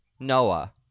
Noah